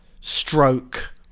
stroke